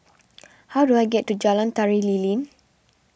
how do I get to Jalan Tari Lilin